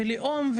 לאום,